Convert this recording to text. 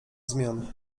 zmian